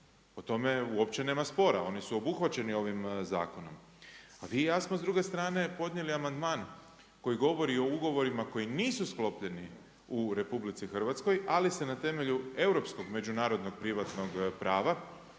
o tome uopće nema sporan, oni su obuhvaćeni ovim zakonom. A vi i ja smo s druge strane podnijeli amandman koji govori o ugovorima koji nisu sklopljeni u RH ali se na temelju europskog međunarodnog privatnog prava